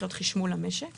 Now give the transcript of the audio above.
נחמד, שקט.